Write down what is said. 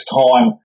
time